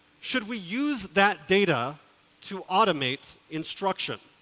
should we use that data to automate instruction?